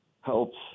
helps